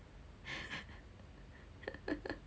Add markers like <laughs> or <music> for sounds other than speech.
<laughs>